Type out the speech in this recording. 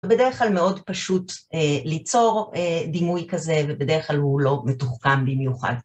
ובדרך כלל מאוד פשוט ליצור דימוי כזה ובדרך כלל הוא לא מתוחכם במיוחד.